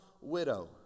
widow